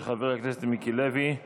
של חבר הכנסת מיקי לוי.